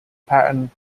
pattern